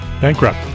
Bankrupt